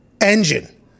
engine